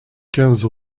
quinze